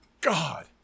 God